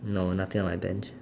no nothing on my bench